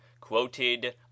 quoted